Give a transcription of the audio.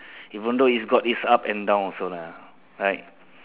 even though it's got it's up and down also lah right